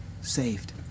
saved